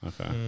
Okay